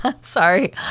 Sorry